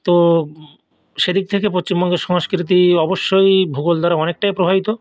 তো সেদিক থেকে পশ্চিমবঙ্গের সংস্কৃতি অবশ্যই ভূগোল দ্বারা অনেকটাই প্রভাবিত